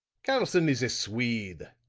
karlson is a swede,